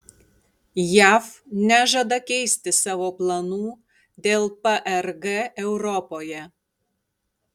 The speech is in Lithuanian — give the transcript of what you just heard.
jav nežada keisti savo planų dėl prg europoje